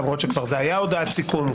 למרות שכבר הייתה הודעת סיכום,